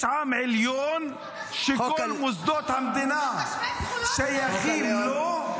אתה שווה זכויות פה.